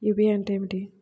UPI అంటే ఏమిటి?